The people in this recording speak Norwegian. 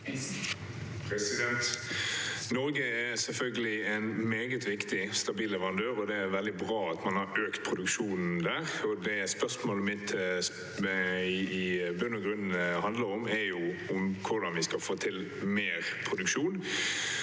Norge er selvfølgelig en meget viktig, stabil leverandør, og det er veldig bra at man har økt produksjonen der. Spørsmålet mitt handler i bunn og grunn om hvordan vi skal få til mer produksjon,